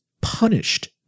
punished